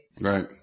Right